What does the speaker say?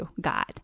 God